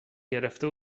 گرفته